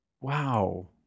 Wow